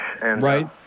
Right